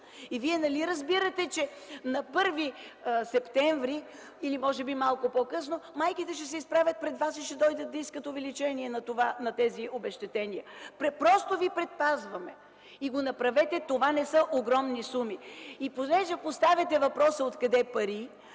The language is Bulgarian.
Вие нали разбирате, че на 1 септември или може би малко по-късно, майките ще се изправят пред вас и ще дойдат да искат увеличение на тези обезщетения. Просто ви предпазваме. Направете го: това не са огромни суми! Понеже поставяте въпроса – откъде пари?